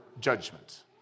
judgment